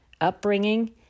upbringing